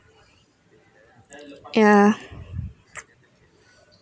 ya